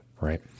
right